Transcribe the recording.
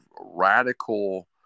radical